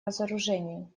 разоружению